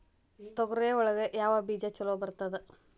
ತೊಗರಿ ಒಳಗ ಯಾವ ಬೇಜ ಛಲೋ ಬರ್ತದ?